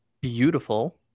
beautiful